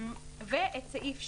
ואת סעיף 2,